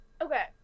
Okay